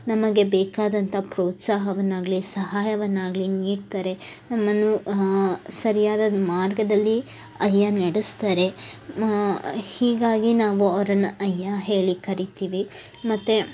ನಮಗೆ ಬೇಕಾದಂಥ ಪ್ರೋತ್ಸಾಹವನ್ನಾಗಲಿ ಸಹಾಯವನ್ನಾಗಲಿ ನೀಡ್ತಾರೆ ನಮ್ಮನ್ನು ಸರಿಯಾದ ಮಾರ್ಗದಲ್ಲಿ ಅಯ್ಯಾ ನಡೆಸ್ತಾರೆ ಹೀಗಾಗಿ ನಾವು ಅವ್ರನ್ನು ಅಯ್ಯಾ ಹೇಳಿ ಕರಿತೀವಿ ಮತ್ತು